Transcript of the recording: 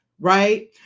right